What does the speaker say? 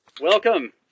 Welcome